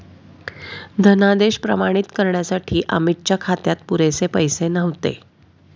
धनादेश प्रमाणित करण्यासाठी अमितच्या खात्यात पुरेसे पैसे नव्हते